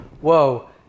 Whoa